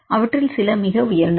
அவற்றில் சில மிக உயர்ந்தவை